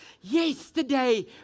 Yesterday